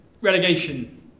Relegation